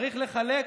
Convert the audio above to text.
צריך לחלק,